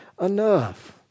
enough